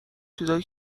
چیزای